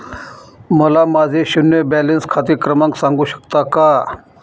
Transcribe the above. मला माझे शून्य बॅलन्स खाते क्रमांक सांगू शकता का?